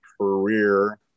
career